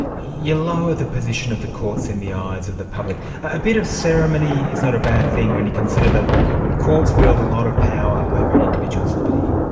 you lower the position of the courts in the eyes of the public a bit of ceremony is not a bad thing when you consider that courts wield a lot of power over an individual's liberty.